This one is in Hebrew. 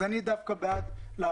אז אני דווקא בעד להכריח,